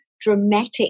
dramatic